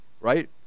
right